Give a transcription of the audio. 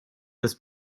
this